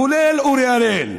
כולל אורי אריאל: